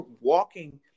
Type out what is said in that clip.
walking